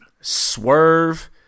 Swerve